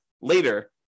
later